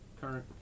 current